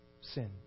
Sin